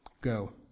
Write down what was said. Go